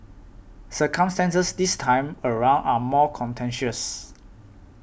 circumstances this time around are more contentious